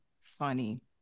funny